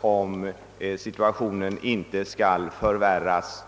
om situationen inte skall förvärras.